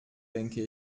denke